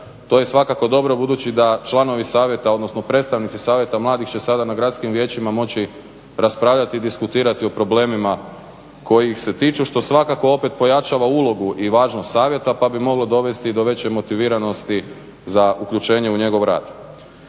To je svakako dobro budući da članovi savjeta, odnosno predstavnici Savjeta mladih će sada na gradskim vijećima moći raspravljati i diskutirati o problemima koji ih se tiču što svakako opet pojačava ulogu i važnost savjeta pa bi moglo dovesti do veće motiviranosti za uključenje u njegov rad.